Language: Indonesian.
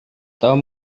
tom